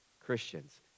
Christians